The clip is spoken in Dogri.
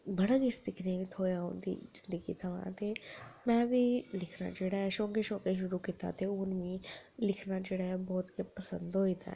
थोह्ड़ा ओह् दी जिंदगी थमां में बी लिखना जेह्ड़ा ऐ शौंकी शौंकी तौरा पर उन मिगी लिखने जेह्ड़ा ऐ ओह् बहुत पसंद होई ऐ दा ऐ